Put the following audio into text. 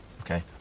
Okay